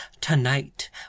Tonight